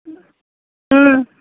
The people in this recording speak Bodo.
ओं